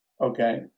okay